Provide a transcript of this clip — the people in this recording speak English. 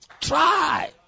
Try